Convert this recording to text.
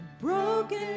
broken